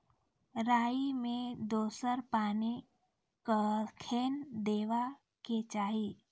राई मे दोसर पानी कखेन देबा के चाहि?